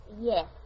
Yes